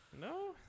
No